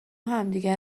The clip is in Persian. همدیگه